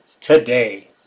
today